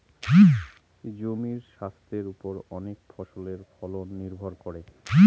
জমির স্বাস্থের ওপর অনেক ফসলের ফলন নির্ভর করে